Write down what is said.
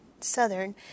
Southern